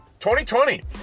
2020